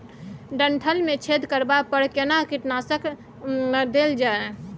डंठल मे छेद करबा पर केना कीटनासक देल जाय?